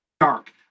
dark